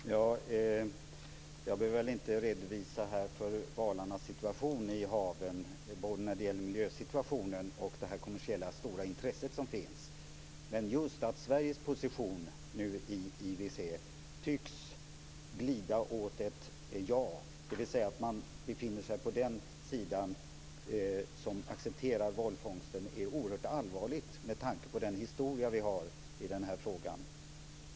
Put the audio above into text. Fru talman! Jag behöver väl inte redovisa för valarnas situation i haven, både när det gäller miljösituationen och det stora kommersiella intresset. Just Sveriges position i IWC tycks glida åt ett ja, dvs. man befinner sig på den sida som accepterar valfångst. Det är oerhört allvarligt med tanke på vår historia i frågan.